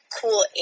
cool